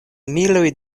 miloj